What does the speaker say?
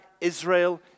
Israel